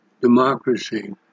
democracy